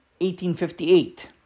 1858